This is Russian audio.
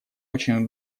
очень